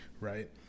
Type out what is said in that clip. right